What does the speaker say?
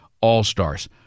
all-stars